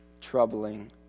troubling